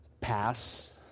pass